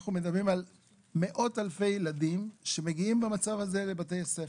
אנחנו מדברים על מאות אלפי ילדים שמגיעים במצב הזה לבתי הספר.